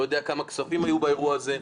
אני לא יודע כמה כספים היו באירוע הזה,